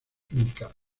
indicadas